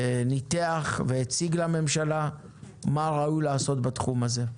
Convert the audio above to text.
וניתח, והציג לממשלה מה ראוי לעשות בתחום הזה.